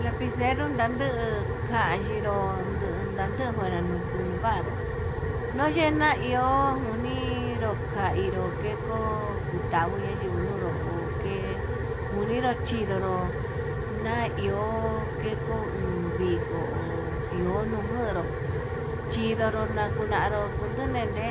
Lapicero nanduu kayinró ndun ndanduu njunra nuu kuva'a, nayena iho njuninró kainró keko kutayikui tuxhini nuu nruun ukee uninro chinuró, nanio keko uun viko'o iho nujarnu chinonro nakunaru nnende